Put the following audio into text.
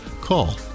call